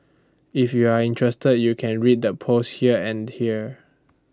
if you're interested you can read the posts here and here